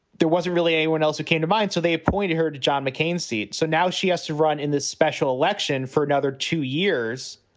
there wasn't really a one else who came to mind. so they appoint her to john mccain's seat. so now she has to run in this special election for another two years.